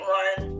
one